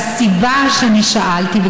והסיבה שאני שאלתי,